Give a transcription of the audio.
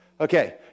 Okay